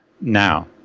Now